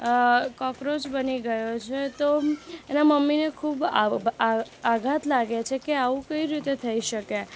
cockroach બની ગયો છે તો એનાં મમ્મીને ખૂબ આઘાત લાગે છે કે આવું કઈ રીતે થઇ શકે